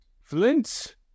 Flint